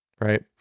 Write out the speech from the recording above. right